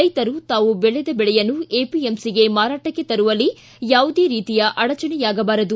ರೈತರು ತಾವು ಬೆಳೆಯನ್ನು ಎಪಿಎಂಸಿಗೆ ಮಾರಾಟಕ್ಕೆ ತರುವಲ್ಲಿ ಯಾವುದೇ ರೀತಿಯ ಅಡಚಣೆಯಾಗಬಾರದು